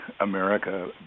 America